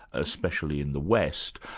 especially in the west,